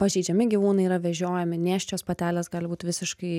pažeidžiami gyvūnai yra vežiojami nėščios patelės gali būt visiškai